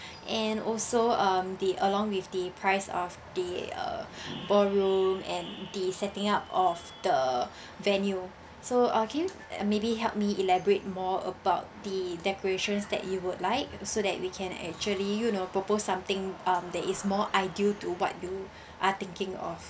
and also um the along with the price of the uh ballroom and the setting up of the venue so uh can you maybe help me elaborate more about the decorations that you would like so that we can actually you know propose something um that is more ideal to what you are thinking of